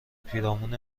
پیرامون